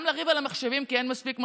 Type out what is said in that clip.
וגם לריב על המחשבים כי אין מספיק מחשבים,